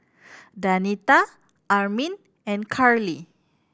Danita Armin and Carley